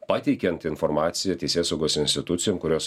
pateikiant informaciją teisėsaugos institucijom kurios